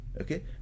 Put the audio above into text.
Okay